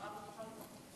אהלן.